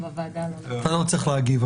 אתה לא צריך להגיב.